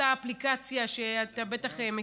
אותה אפליקציה שאתה בטח מכיר,